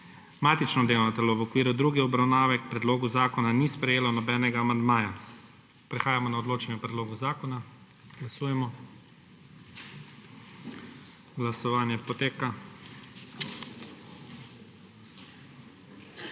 Matično delovno telo v okviru druge obravnave k predlogu zakona ni sprejelo nobenega amandmaja. Prehajamo na odločanje o predlogu zakona. Glasujemo. Navzočih